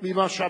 מי בעד?